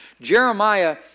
Jeremiah